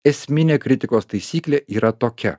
esminė kritikos taisyklė yra tokia